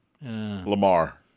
Lamar